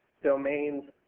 domains